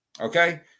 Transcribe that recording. okay